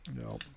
No